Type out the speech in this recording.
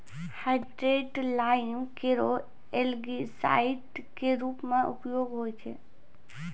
hydrated lime केरो algicide क रूप म उपयोग होय छै